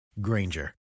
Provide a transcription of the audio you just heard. Granger